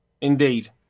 Indeed